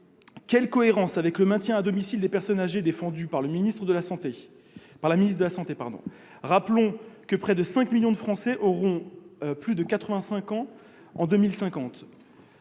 entre cet article et le maintien à domicile des personnes âgées défendu par la ministre de la santé ? Rappelons que près de 5 millions de Français auront plus de